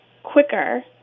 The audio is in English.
quicker